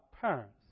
parents